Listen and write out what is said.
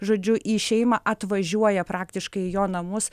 žodžiu į šeimą atvažiuoja praktiškai į jo namus